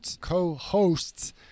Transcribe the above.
co-hosts